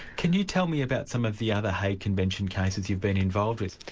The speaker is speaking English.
can you tell me about some of the other hague convention cases you've been involved with?